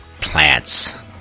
plants